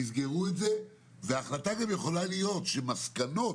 תסגרו את זה, ההחלטה יכולה להיות שמסקנות